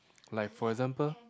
like for example